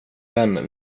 vän